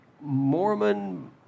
Mormon